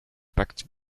packed